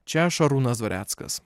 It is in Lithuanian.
čia šarūnas dvareckas